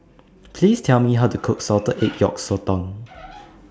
Please Tell Me How to Cook Salted Egg Yolk Sotong